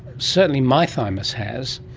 certainly my thymus has.